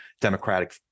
Democratic